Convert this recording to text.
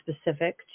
specific